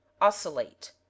Oscillate